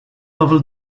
level